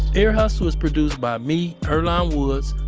ear hustle is produced by me, earlonne woods,